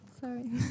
Sorry